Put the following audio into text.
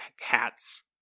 hats